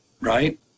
Right